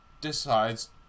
decides